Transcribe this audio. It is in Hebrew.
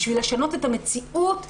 בשביל לשנות את המציאות,